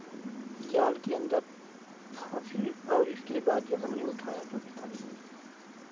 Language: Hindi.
जाल के अंदर फंसी और इसके बाद जब हमने उठाया तो निकल गयी